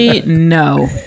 no